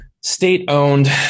State-owned